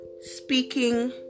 speaking